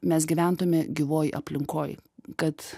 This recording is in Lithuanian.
mes gyventume gyvoj aplinkoj kad